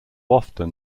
often